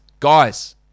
Guys